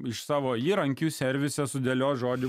iš savo įrankių servise sudėlios žodį